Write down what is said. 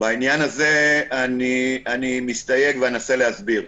בעניין הזה אני מסתייג, ואנסה להסביר.